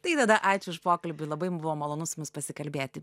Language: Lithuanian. tai tada ačiū už pokalbį labai buvo malonu su jumis pasikalbėti